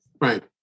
right